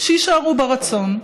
שיישארו ברצון.